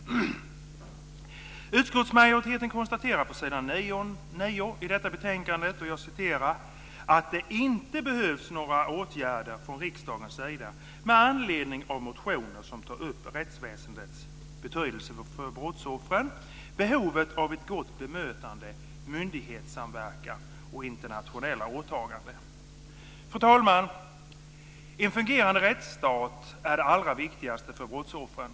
Utskottsmajoriteten konstaterar på s. 9 i betänkandet att "det inte behövs några åtgärder från riksdagens sida med anledning av motioner som tar upp rättsväsendets betydelse för brottsoffren, behovet av ett gott bemötande, myndighetssamverkan och internationella åtaganden". Fru talman! En fungerande rättsstat är det allra viktigaste för brottsoffren.